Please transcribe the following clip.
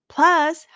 Plus